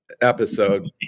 episode